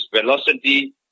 velocity